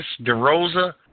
DeRosa